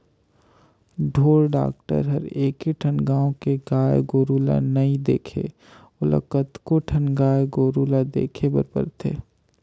ढोर डॉक्टर हर एके ठन गाँव के गाय गोरु ल नइ देखे ओला कतको ठन गाय गोरु ल देखे बर परथे